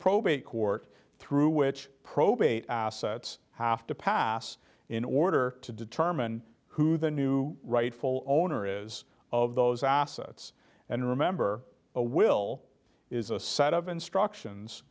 probate court through which probate assets have to pass in order to determine who the new rightful owner is of those assets and remember a will is a set of instructions